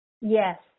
Yes